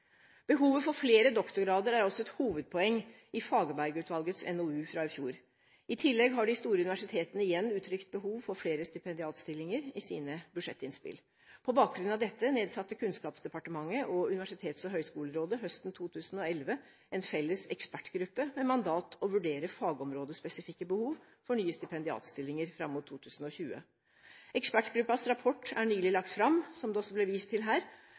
Behovet for flere doktorgrader er også et hovedpoeng i Fagerberg-utvalgets NOU fra i fjor. I tillegg har de store universitetene igjen uttrykt behov for flere stipendiatstillinger i sine budsjettinnspill. På bakgrunn av dette nedsatte Kunnskapsdepartementet og Universitets- og høgskolerådet høsten 2011 en felles ekspertgruppe med mandat å vurdere fagområdespesifikke behov for nye stipendiatstillinger fram mot 2020. Ekspertgruppens rapport er nylig lagt fram, som det også ble vist til her.